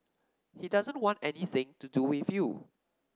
he doesn't want anything to do with you